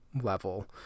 level